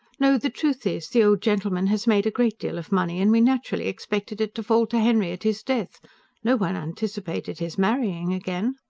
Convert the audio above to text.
no, the truth is, the old gentleman has made a great deal of money, and we naturally expected it to fall to henry at his death no one anticipated his marrying again.